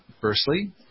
Firstly